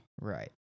Right